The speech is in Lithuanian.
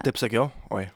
taip sakiau oi